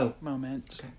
moment